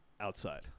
outside